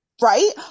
Right